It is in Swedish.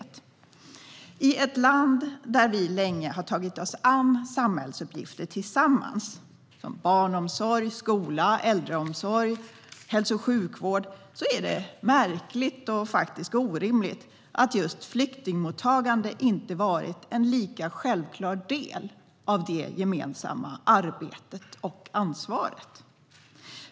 I ett land där vi länge har tagit oss an samhällsuppgifter tillsammans, som barnomsorg, skola, äldreomsorg och hälso och sjukvård, är det märkligt och faktiskt orimligt att just flyktingmottagande inte varit en lika självklar del av det gemensamma arbetet och ansvaret.